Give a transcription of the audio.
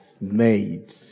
made